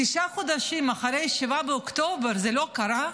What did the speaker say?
תשעה חודשים אחרי 7 באוקטובר, זה לא קרה,